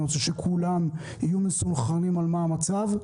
אני רוצה שכולם יהיו מסונכרנים מה המצב,